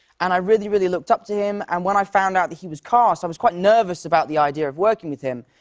and i really, really looked up to him. and when i found out that he was cast, i was quite nervous about the idea of working with him.